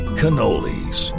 cannolis